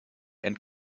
and